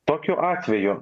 tokiu atveju